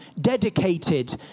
dedicated